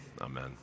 amen